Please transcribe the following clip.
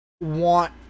want